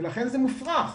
ולכן זה מופרך.